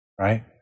right